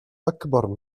أكبر